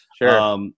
Sure